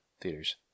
theaters